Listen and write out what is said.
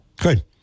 Good